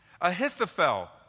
Ahithophel